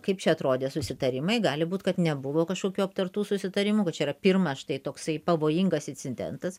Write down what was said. kaip čia atrodė susitarimai gali būt kad nebuvo kažkokių aptartų susitarimų kad čia yra pirmas štai toksai pavojingas incidentas